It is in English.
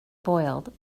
boiled